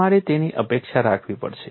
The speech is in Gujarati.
તમારે તેની અપેક્ષા રાખવી પડશે